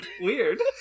Weird